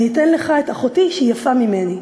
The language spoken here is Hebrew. אני אתן לך את אחותי, שהיא יפה ממני.